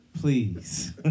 Please